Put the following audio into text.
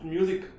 Music